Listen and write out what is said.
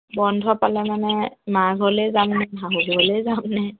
বন্ধ পালে মানে মা ঘৰলৈ যামনে শাহু ঘৰলেই যামনে